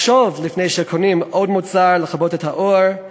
לחשוב לפני שקונים עוד מוצר, לכבות את האור,